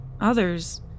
Others